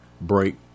break